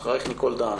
ואחריה ניקול דהאן.